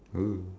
!woo!